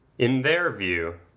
in their view,